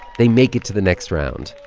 they make it to the next round,